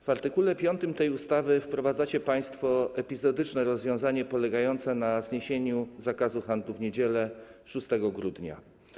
W art. 5 tej ustawy wprowadzacie państwo epizodyczne rozwiązanie polegające na zniesieniu zakazu handlu w niedzielę 6 grudnia.